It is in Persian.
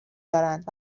دارند